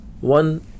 one